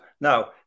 Now